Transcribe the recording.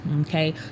okay